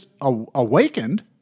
awakened